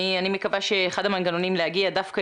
אני מקווה שאחד המנגנונים להגיע דווקא